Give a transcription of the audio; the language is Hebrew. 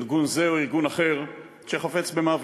ארגון זה או ארגון אחר, שחפץ במוות,